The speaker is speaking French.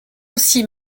aussi